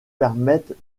permettent